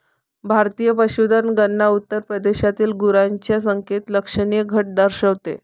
भारतीय पशुधन गणना उत्तर प्रदेशातील गुरांच्या संख्येत लक्षणीय घट दर्शवते